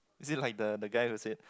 is it like the the guy will say